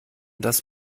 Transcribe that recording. das